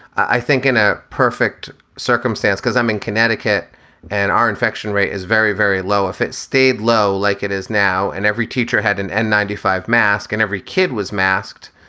i think in a perfect circumstance, because i'm in connecticut and our infection rate is very, very low. if it stayed low like it is now and every teacher had an end, ninety five mask and every kid was masked.